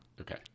Okay